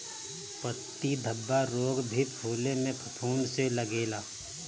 पत्ती धब्बा रोग भी फुले में फफूंद से लागेला